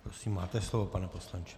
Prosím, máte slovo, pane poslanče.